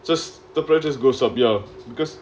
just the price just goes up there because